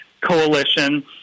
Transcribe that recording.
Coalition